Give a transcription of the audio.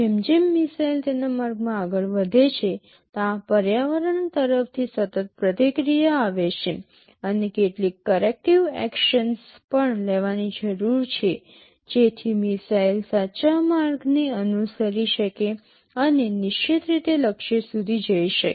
જેમ જેમ મિસાઇલ તેના માર્ગમાં વધે છે ત્યાં પર્યાવરણ તરફથી સતત પ્રતિક્રિયા આવે છે અને કેટલીક કરેક્ટીવ એક્શન્સ પણ લેવાની જરૂર છે જેથી મિસાઇલ સાચા માર્ગને અનુસરી શકે અને નિશ્ચિત રીતે લક્ષ્ય સુધી જઈ શકે